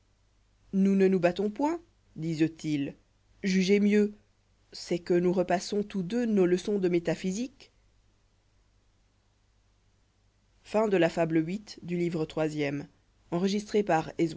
nous ne nous battons point disent-ils jugez mieux c'est que nous repassons tous deux nos leçons de métaphysique